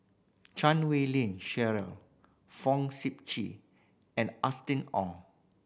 Chan Wei Ling Cheryl Fong Sip Chee and Austen Ong